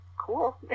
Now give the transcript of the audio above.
cool